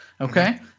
okay